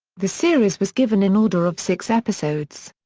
the series was given an order of six episodes.